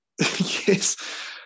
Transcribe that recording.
yes